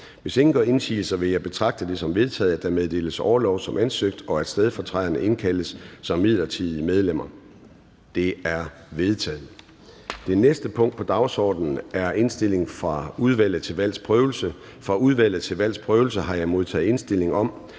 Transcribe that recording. Hvis ingen gør indsigelse, vil jeg betragte det som vedtaget, at der meddeles orlov som ansøgt, og at stedfortræderne indkaldes som midlertidige medlemmer. Det er vedtaget. --- Det næste punkt på dagsordenen er: 2) Indstilling fra Udvalget til Valgs Prøvelse: Godkendelse af stedfortræder som